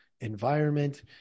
environment